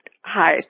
Hi